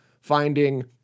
finding